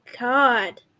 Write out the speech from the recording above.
God